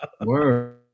Word